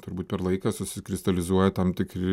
turbūt per laiką susikristalizuoja tam tikri